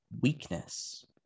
weakness